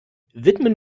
widmen